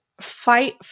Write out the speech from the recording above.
fight